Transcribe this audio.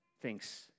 thinks